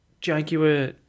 Jaguar